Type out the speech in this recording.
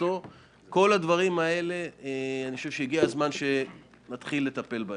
בקול קורא - הגיע הזמן שנתחיל לטפל.